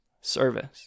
service